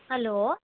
hello